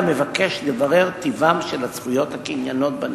לברר טיבן של הזכויות הקנייניות בנכס,